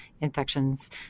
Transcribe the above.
infections